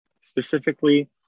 Specifically